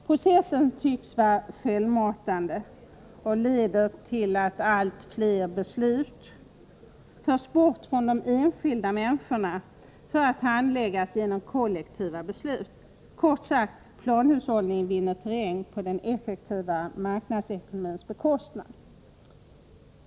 Processen tycks vara självmatande och leder till att allt fler beslut förs bort från de enskilda människorna för att handläggas genom kollektiva beslut. Kort sagt: Planhushållningen vinner terräng på den effektivare marknadsekonomins bekostnad.